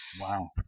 Wow